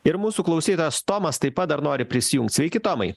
ir mūsų klausytojas tomas taip pat dar nori prisijungt sveiki tomai